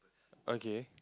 okay